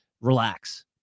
Relax